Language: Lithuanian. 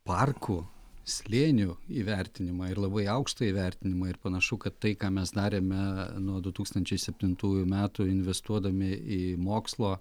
parkų slėnių įvertinimą ir labai aukštą įvertinimą ir panašu kad tai ką mes darėme nuo du tūkstančiai septintųjų metų investuodami į mokslo